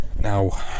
Now